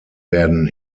werden